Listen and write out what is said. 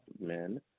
men